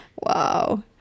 Wow